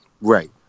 Right